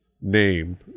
name